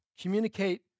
Communicate